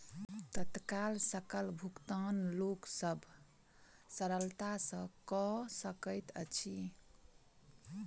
तत्काल सकल भुगतान लोक सभ सरलता सॅ कअ सकैत अछि